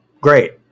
Great